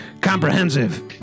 comprehensive